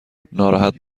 ناراحت